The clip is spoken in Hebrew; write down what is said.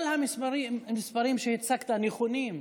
כל המספרים שהצגת נכונים,